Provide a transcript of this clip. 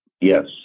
Yes